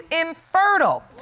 infertile